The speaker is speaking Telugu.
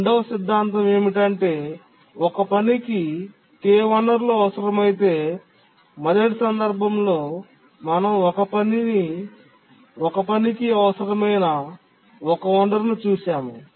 రెండవ సిద్ధాంతం ఏమిటంటే ఒక పనికి k వనరులు అవసరమైతే మొదటి సందర్భంలో మనం ఒక పనికి అవసరమైన ఒక వనరును చూశాము